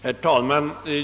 Herr talman!